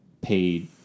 paid